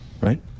right